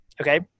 Okay